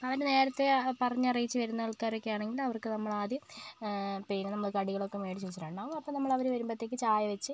അവര് നേരത്തെ അ പറഞ്ഞറിയിച്ച് വരുന്ന ആൾക്കാരൊക്കെ ആണെങ്കിൽ അവർക്ക് നമ്മളാദ്യം പിന്നെ നമ്മള് കടികളൊക്കെ മേടിച്ച് വച്ച് രണ്ടാമത് അപ്പം നമ്മള് അവര് വരുമ്പത്തേക്കും ചായ വെച്ച്